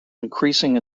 increasing